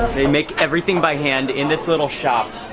they make everything by hand in this little shop.